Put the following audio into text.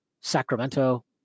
Sacramento